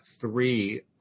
three